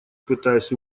пытаясь